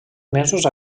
mesos